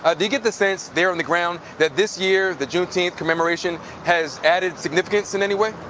ah do you get the sense there on the ground that this year, the juneteenth commemoration, has added significance in any way?